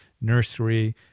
nursery